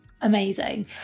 amazing